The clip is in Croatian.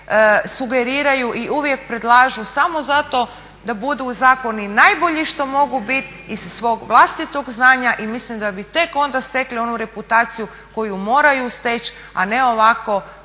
sugeriraju i uvijek predlažu samo zato da budu zakoni najbolji što mogu bit iz svog vlastitog znanja i mislim da bi tek onda stekli onu reputaciju koju moraju steći, a ne ovako